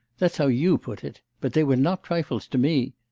that's how you put it but they were not trifles to me.